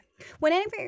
Whenever